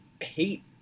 hate